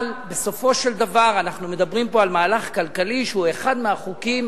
אבל בסופו של דבר אנחנו מדברים פה על מהלך כלכלי שהוא אחד מהחוקים